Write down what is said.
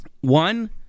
One